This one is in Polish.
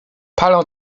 palą